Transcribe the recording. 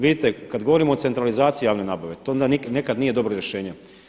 Vidite kad govorimo o centralizaciji javne nabave, to onda nekad nije dobro rješenje.